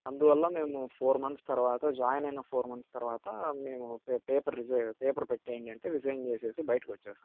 అందువల్ల మేము four months తర్వాత జాయిన్ అయిన ఫోర్ మంత్స్ తర్వాత మేము పేపరు రి పేపర్ పెట్టేయండి అంటే రిజైన్ చేసి బయటకొచ్చేశాం